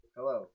Hello